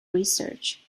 research